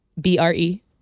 B-R-E